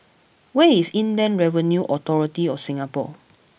where is Inland Revenue Authority of Singapore